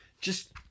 Just